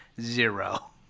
Zero